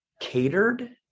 catered